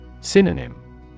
Synonym